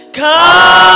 Come